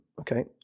Okay